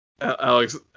Alex